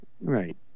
Right